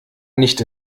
nicht